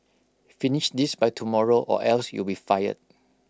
finish this by tomorrow or else you'll be fired